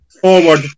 forward